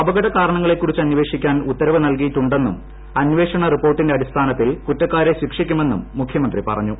അപകട കാരണങ്ങളെക്കുറിച്ച് അന്വേഷിക്കാൻ ഉത്തരവ് നൽകിയിട്ടുണ്ടെ ന്നും അന്വേഷണ റിപ്പോർട്ടിന്റെ അടിസ്ഥാനത്തിൽ കുറ്റക്കാരെ ശിക്ഷിക്കുമെന്നും മുഖ്യമന്ത്രി പറഞ്ഞു